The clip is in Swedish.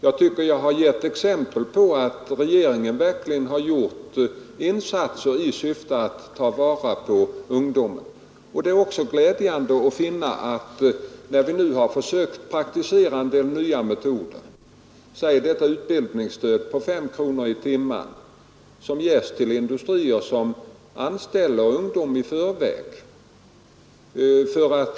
Jag tycker att jag har gett exempel på att regeringen verkligen har gjort insatser i syfte att ta vara på ungdomen i arbetslivet. Vi har börjat praktisera nya metoder, exempelvis ett utbildningsstöd på 5 kronor per timme, som ges till industrier som anställer ungdom så att säga i förväg.